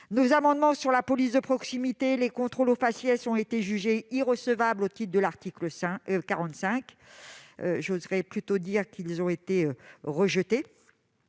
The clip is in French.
Nos amendements sur la police de proximité ou les contrôles au faciès ont été jugés irrecevables au titre de l'article 45. Disons plutôt qu'ils ont tout